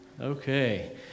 Okay